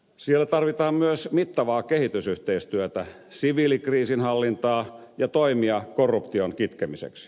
siellä tarvitaan myös mittavaa kehitysyhteistyötä siviilikriisinhallintaa ja toimia korruption kitkemiseksi